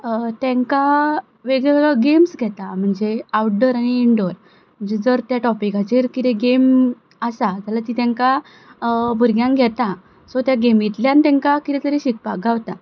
तांकां वेगळ्यावेगळ्या गेम्स घेता म्हणजे आवटडोर आनी इंडोर म्हणजे जर त्या टॉपिकाचेर जर किदेंय गॅम आसा जाल्यार ती तांकां भुरग्यांक घेता सो त्या गॅमींतल्यान तांकां किदें तरी शिकपाक गावता